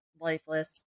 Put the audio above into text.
lifeless